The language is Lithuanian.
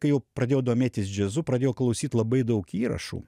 kai jau pradėjau domėtis džiazu pradėjau klausyt labai daug įrašų